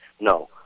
No